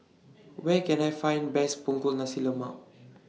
Where Can I Find Best Punggol Nasi Lemak